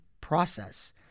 process